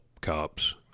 cops